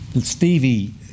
Stevie